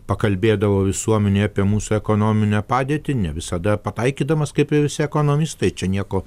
pakalbėdavo visuomenei apie mūsų ekonominę padėtį ne visada pataikydamas kaip ir visi ekonomistai čia nieko